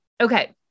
Okay